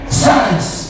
science